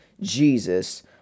Jesus